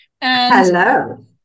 Hello